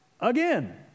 again